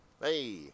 Hey